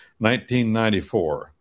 1994